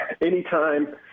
anytime